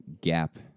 gap